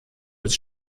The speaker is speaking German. des